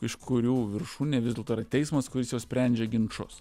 iš kurių viršūnė vis dėlto yra teismas kuris jau sprendžia ginčus